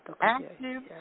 active